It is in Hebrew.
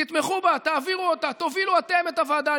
תתמכו בה, תעבירו אותה, תובילו אתם את הוועדה.